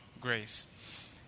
grace